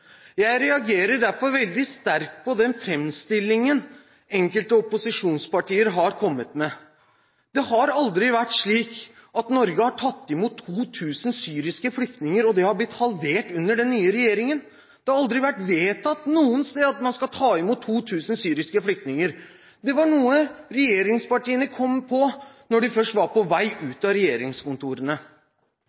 Jeg reagerer derfor veldig sterkt på den framstillingen enkelte opposisjonspartier har kommet med. Det har aldri vært slik at Norge har tatt imot 2 000 syriske flykninger, og at det har blitt halvert under den nye regjeringen. Det har aldri vært vedtatt noe sted at man skal ta imot 2 000 syriske flyktninger. Det var noe regjeringspartiene kom på først da de var på vei ut av regjeringskontorene.